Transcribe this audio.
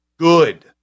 good